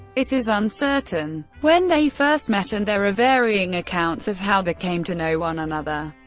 it is uncertain when they first met, and there are varying accounts of how they came to know one another.